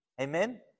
Amen